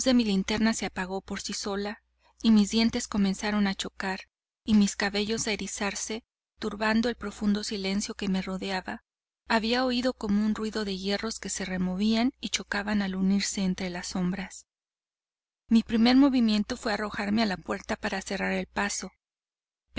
mi linterna se apagó por sí sola y mis dientes comenzaron a chocar y mis cabellos a erizarse turbando el profundo silencio que me rodeaba había oído como un ruido de hierros que se removían y chocaban al unirse entre las sombras mi primer movimiento fue arrojarme a las puertas para cerrar el paso